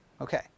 Okay